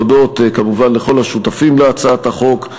להודות כמובן לכל השותפים להצעת החוק.